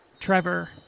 Trevor